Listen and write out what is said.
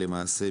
למעשה,